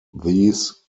these